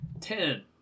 ten